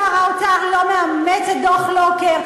שר האוצר לא מאמץ את דוח לוקר,